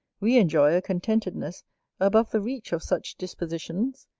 we enjoy a contentedness above the reach of such dispositions,